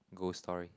ghost story